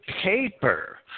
paper